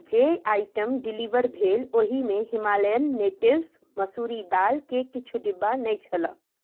जे item deliver भेल ओहिमे हिमालयन नेटिव्स मसुरी दालके किछु डिब्बा नहि छल